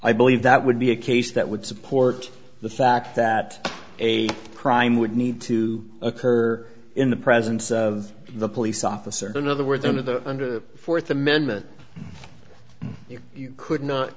i believe that would be a case that would support the fact that a crime would need to occur in the presence of the police officer in other words under the under the fourth amendment if you could not